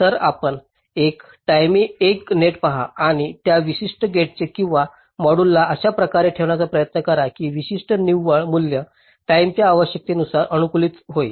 तर आपण एका टाईमी एक नेट पहा आणि त्या विशिष्ट गेटचे किंवा मॉड्यूलला अशा प्रकारे ठेवण्याचा प्रयत्न करा की विशिष्ट निव्वळ मूल्य टाईमेच्या आवश्यकतेनुसार अनुकूलित होईल